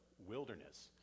wilderness